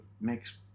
makes